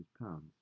pounds